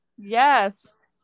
Yes